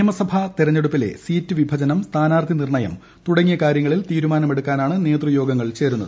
നിയമസഭാ തെരഞ്ഞെടുപ്പിലെ സീറ്റ് വിഭജനം സ്ഥാനാർത്ഥി നിർണ്ണയം തുടങ്ങിയ കാര്യങ്ങളിൽ തീരുമാനമെടുക്കാനാണ് നേതൃത്വ യോഗങ്ങൾ ചേരുന്നത്